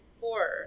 Four